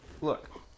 look